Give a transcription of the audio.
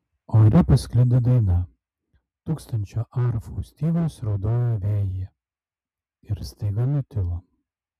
ore pasklido daina tūkstančio arfų stygos raudojo vėjyje ir staiga nutilo